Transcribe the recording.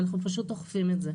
אנחנו פשוט אוכפים את זה.